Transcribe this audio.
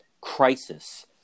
crisis